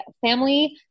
family